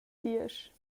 diesch